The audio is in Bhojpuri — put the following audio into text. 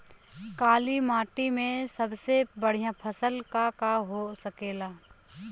काली माटी में सबसे बढ़िया फसल का का हो सकेला?